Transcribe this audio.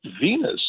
Venus